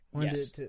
Yes